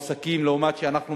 לעומת שיעורם באוכלוסייה,